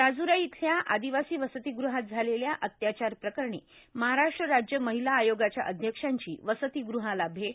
राजुरा येथील आर्मदवासी वर्सातगृहात झालेल्या अत्याचार प्रकरणी महाराष्ट्र राज्य र्माहला आयोगाच्या अध्यक्षांची वर्सातगृहास भेट